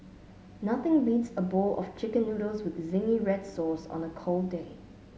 nothing beats a bowl of chicken noodles with zingy red sauce on a cold day